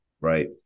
Right